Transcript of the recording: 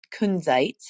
kunzite